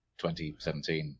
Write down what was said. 2017